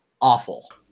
awful